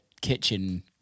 kitchen